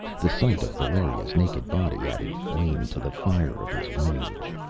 the sight of valeria's naked body added flame to the fire of his rage.